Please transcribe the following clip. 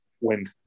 Wind